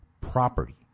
property